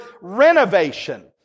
renovation